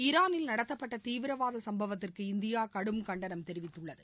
ஈரானில் நடத்தப்பட்ட தீவிரவாத சும்பவத்திற்கு இந்தியா கடும் கண்டனம் தெரிவித்துள்ளது